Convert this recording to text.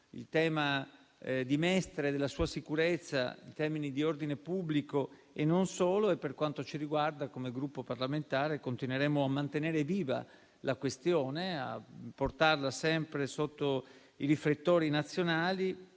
sul tema di Mestre e della sua sicurezza in termini di ordine pubblico e non solo. Per quanto ci riguarda, come Gruppo parlamentare, continueremo a mantenere viva la questione e a portarla sempre sotto i riflettori nazionali